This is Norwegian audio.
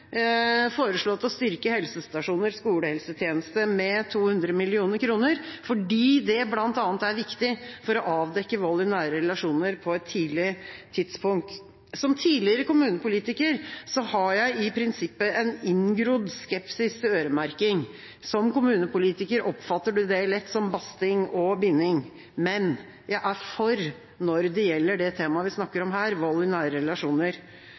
foreslått å styrke helsestasjoner og skolehelsetjenesten med 200 mill. kr, fordi det bl.a. er viktig for å avdekke vold i nære relasjoner på et tidlig tidspunkt. Som tidligere kommunepolitiker har jeg i prinsippet en inngrodd skepsis til øremerking – som kommunepolitiker oppfatter man det lett som basting og binding. Men jeg er for når det gjelder det temaet vi snakker om her: vold i nære relasjoner.